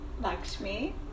lakshmi